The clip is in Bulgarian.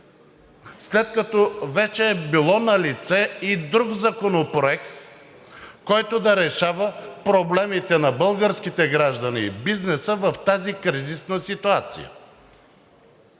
след като вече е бил налице и друг законопроект, който да решава проблемите на българските граждани и бизнеса, в тази кризисна ситуация.